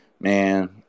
man